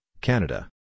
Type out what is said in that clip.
Canada